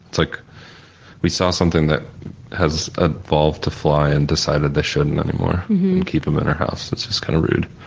it's like we saw something that has ah evolved to fly and decided they shouldn't anymore, and keep them in our house. it's just kind of rude.